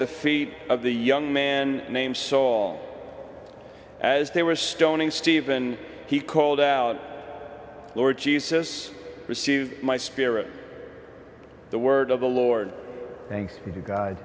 the feet of the young man named saul as they were stoning stephen he called out lord jesus receive my spirit the word of the lord thank god